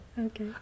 Okay